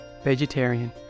Vegetarian